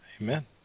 Amen